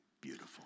beautiful